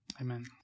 amen